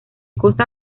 costa